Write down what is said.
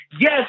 yes